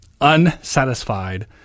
unsatisfied